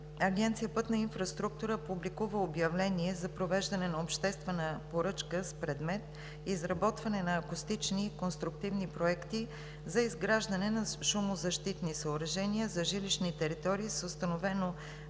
Агенция „Пътна инфраструктура“ публикува обявление за провеждане на обществена поръчка с предмет „Изработване на Акустични и конструктивни проекти за изграждане на шумозащитни съоръжения, за жилищни територии с установено